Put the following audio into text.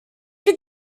them